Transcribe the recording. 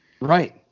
Right